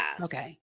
Okay